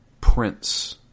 prince